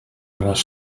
los